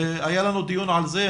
היה לנו דיון על זה,